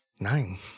Nine